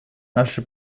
наше